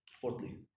Fourthly